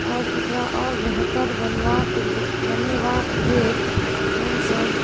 आओर एकरा आओर बेहतर बनबाके लेल हमसभ